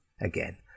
Again